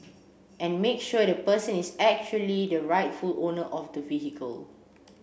and make sure the person is actually the rightful owner of the vehicle